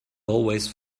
always